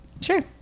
Sure